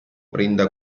prende